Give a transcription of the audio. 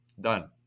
done